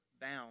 bound